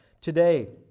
Today